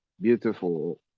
beautiful